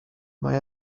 mae